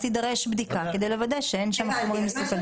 תידרש בדיקה כדי לוודא שאין שם חומרים מסוכנים.